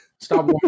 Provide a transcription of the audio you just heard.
Stop